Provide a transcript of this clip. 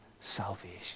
salvation